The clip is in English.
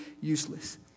useless